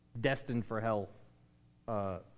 destined-for-hell